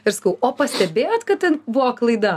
ir sakau o pastebėjot kad ten buvo klaida